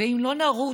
ואם לא נרוץ,